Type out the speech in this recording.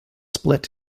split